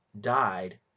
died